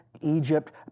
Egypt